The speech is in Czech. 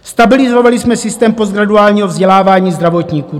Stabilizovali jsme systém postgraduálního vzdělávání zdravotníků.